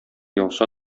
яуса